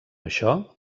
això